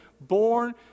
Born